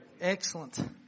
Excellent